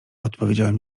odpowiedziałem